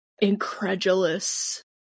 incredulous